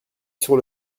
sur